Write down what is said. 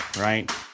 right